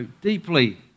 deeply